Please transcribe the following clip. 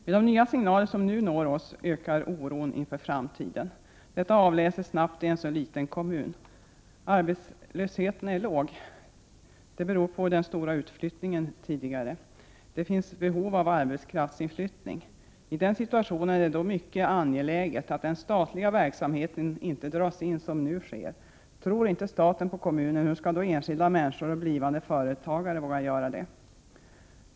Med de nya signaler som nu når oss ökar oron inför framtiden. Detta avläses snabbt i en så liten kommun. Arbetslösheten är låg. Det beror på den tidigare stora utflyttningen, och det finns behov av arbetskraftsinflyttning. I den situationen är det då mycket angeläget att den statliga verksamheten inte dras in, som nu sker. Tror inte staten på kommunen, hur skall då enskilda människor och blivande företagare våga göra det?